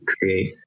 create